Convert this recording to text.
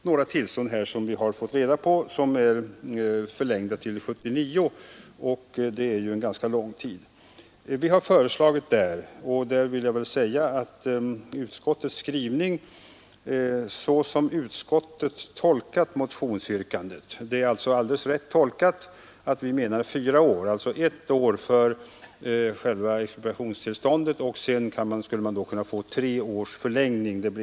Några tillstånd vi har fått reda på är förlängda till 1979, och det är ju en ganska lång tid. På denna punkt har utskottet skrivit ”såsom utskottet tolkat motionsyrkandet”; och utskottet har tolkat alldeles rätt att vi menar fyra år — ett år för expropriationstillstånd och sedan tre års förlängning.